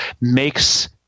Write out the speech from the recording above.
makes